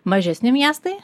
mažesni miestai